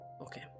Okay